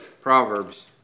Proverbs